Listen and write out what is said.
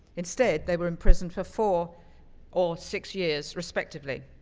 instead, they were imprisoned for four or six years, respectively.